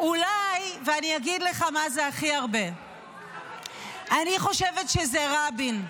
ואני אגיד לך מה זה הכי הרבה, אני חושבת שזה רבין,